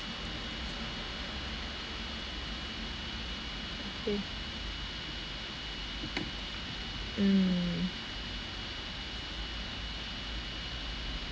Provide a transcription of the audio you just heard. okay mm